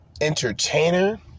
entertainer